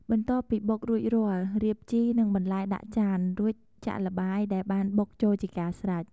បន្ទាប់ពីបុករួចរាល់ រៀបជី និងបន្លែដាក់ចាន រួចចាក់ល្បាយដែលបានបុកចូលជាការស្រេច។